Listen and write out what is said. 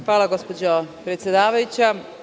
Hvala gospođo predsedavajuća.